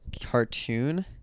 cartoon